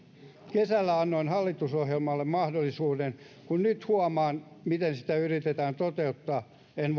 kesällä annoin hallitusohjelmalle mahdollisuuden kun nyt huomaan miten sitä yritetään toteuttaa en